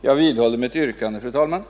Jag vidhåller, fru talman, mitt yrkande.